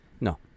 No